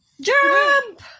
Jump